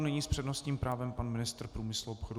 Nyní s přednostním právem pan ministr průmyslu a obchodu.